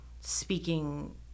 speaking